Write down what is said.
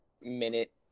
minute